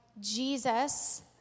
Jesus